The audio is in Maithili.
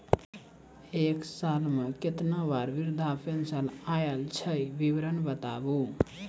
एक साल मे केतना बार वृद्धा पेंशन आयल छै विवरन बताबू?